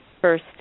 first